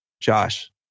Josh